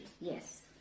Yes